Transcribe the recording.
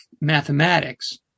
mathematics